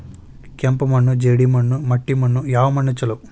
ಕೆಂಪು ಮಣ್ಣು, ಜೇಡಿ ಮಣ್ಣು, ಮಟ್ಟಿ ಮಣ್ಣ ಯಾವ ಮಣ್ಣ ಛಲೋ?